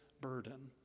burden